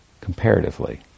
comparatively